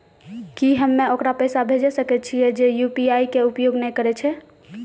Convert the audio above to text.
की हम्मय ओकरा पैसा भेजै सकय छियै जे यु.पी.आई के उपयोग नए करे छै?